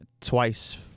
Twice